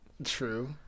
True